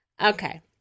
okay